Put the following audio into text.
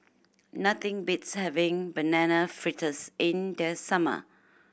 nothing beats having Banana Fritters in the summer